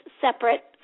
separate